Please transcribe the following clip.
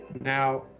Now